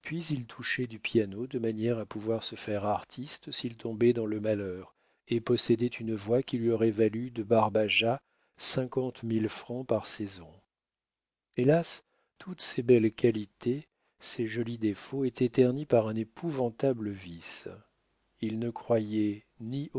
il touchait du piano de manière à pouvoir se faire artiste s'il tombait dans le malheur et possédait une voix qui lui aurait valu de barbaja cinquante mille francs par saison hélas toutes ces belles qualités ces jolis défauts étaient ternis par un épouvantable vice il ne croyait